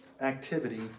activity